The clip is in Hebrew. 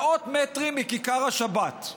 מאות מטרים מכיכר השבת,